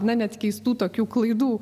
na net keistų tokių klaidų